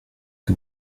que